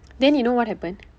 then you know what happened